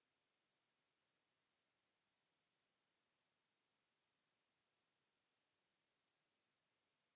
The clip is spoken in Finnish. Kiitos.